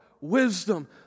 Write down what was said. wisdom